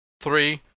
three